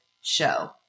show